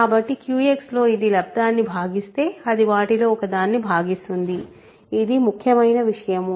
కాబట్టి QX లో ఇది లబ్దము ను భాగిస్తే అది వాటిలో ఒకదాన్ని భాగిస్తుంది ఇది ముఖ్యమైన విషయము